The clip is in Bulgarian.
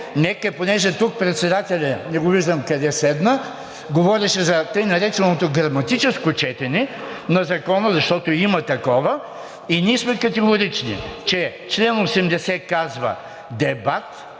нека – понеже тук председателят не го виждам къде седна, говореше за така нареченото граматическо четене на Закона, защото има такова, и ние сме категорични, че чл. 80 казва: „Дебат